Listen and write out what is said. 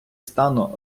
стану